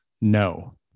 no